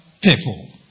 people